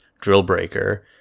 Drillbreaker